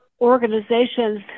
organizations